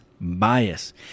bias